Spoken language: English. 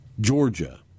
Georgia